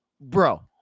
bro